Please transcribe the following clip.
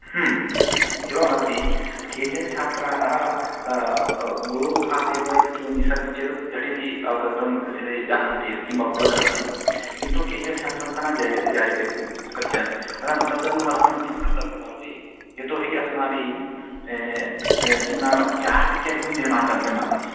ह्म् एवं भवति केचन छात्राः गुरुमुखादेव यत्किं निस्सरति चेत्तद् झटिति अवगतं तत् जानन्ति य किम् व् वदन्नस्ति किन्तु केचन छात्राः अर्थः न जाय् ज्ञायते कतिचन अलं तद्दनुवर्थार्थं किं कर्तव्यं भवति यतो हि अस्माभिः किं नाम च्यार्ट् इत्यादिकं निर्मातव्यं भवति